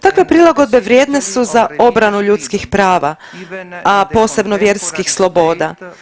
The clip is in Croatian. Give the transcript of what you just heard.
Takve prilagodbe vrijedne su za obranu ljudskih prava, a posebno vjerskih sloboda.